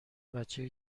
بچه